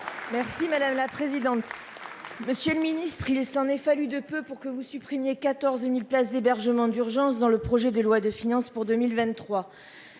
Oui madame la présidente. Monsieur le ministre, il s'en est fallu de peu pour que vous supprimiez 14.000 places d'hébergement d'urgence dans le projet de loi de finances pour 2023,